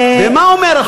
ומה אומר החוק?